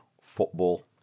football